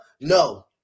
No